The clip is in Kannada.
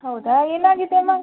ಹೌದಾ ಏನಾಗಿದೆ ಮ್ಯಾಮ್